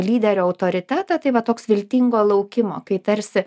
lyderio autoritetą tai va toks viltingo laukimo kai tarsi